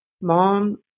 Mom